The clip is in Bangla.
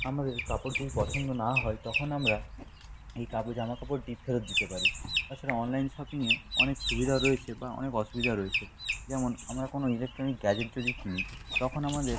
আমাদের কাপড় যদি পছন্দ না হয় তখন আমরা এই কাপড় জামা কাপড়টি ফেরত দিতে পারি তাছাড়া অনলাইন শপিংয়ে অনেক সুবিধাও রয়েছে বা অনেক অসুবিধাও রয়েছে যেমন আমরা কোনো ইলেকট্রনিক গ্যাজেট যদি কিনি তখন আমাদের